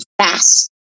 fast